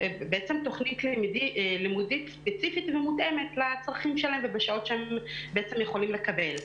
תוכנית לימודית ספציפית ומותאמת לצרכים שלהם ובשעות שהם יכולים לקבל.